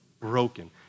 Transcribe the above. broken